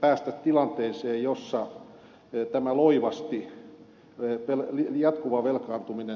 päästä tilanteeseen jossa tämä jatkuva velkaantuminen loivasti lopetettaisiin